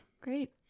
great